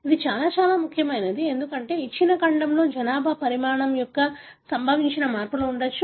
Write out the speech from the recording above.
ఇది చాలా చాలా ముఖ్యమైనది ఎందుకంటే ఇచ్చిన ఖండంలో జనాభా పరిణామం తర్వాత సంభవించిన మార్పులు ఉండవచ్చు